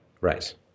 Right